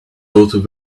out